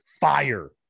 fire